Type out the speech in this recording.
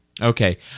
Okay